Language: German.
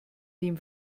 dem